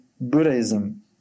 Buddhism